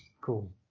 Cool